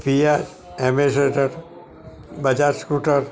Kia Ambassador Bajaj scooter